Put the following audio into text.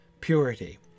purity